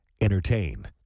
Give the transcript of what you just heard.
Entertain